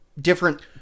different